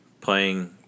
playing